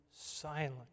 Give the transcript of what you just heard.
silent